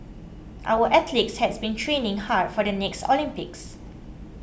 our athletes has been training hard for the next Olympics